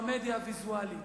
או המדיה הוויזואלית.